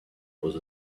was